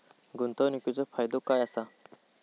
गुंतवणीचो फायदो काय असा?